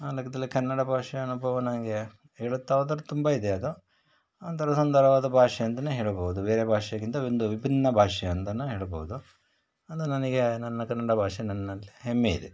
ಆ ಲೆಕ್ಕದಲ್ಲಿ ಕನ್ನಡ ಭಾಷೆ ಅನುಭವ ನನಗೆ ಹೇಳುತ್ತಾ ಹೋದ್ರೆ ತುಂಬ ಇದೆ ಅದು ಒಂಥರ ಸುಂದರವಾದ ಭಾಷೆ ಅಂತನೇ ಹೇಳ್ಬೋದು ಬೇರೆ ಭಾಷೆಗಿಂತ ಒಂದು ವಿಭಿನ್ನ ಭಾಷೆ ಅಂತನೂ ಹೇಳ್ಬೋದು ಅಂದ್ರೆ ನನಗೆ ನನ್ನ ಕನ್ನಡ ಭಾಷೆ ನನ್ನ ಹೆಮ್ಮೆ ಇದೆ